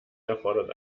erfordert